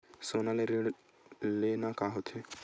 सोना ले ऋण लेना का होथे?